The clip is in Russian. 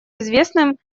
известным